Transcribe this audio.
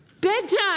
Bedtime